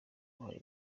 impunzi